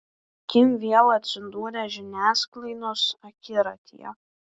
kim vėl atsidūrė žiniasklaidos akiratyje